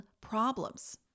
problems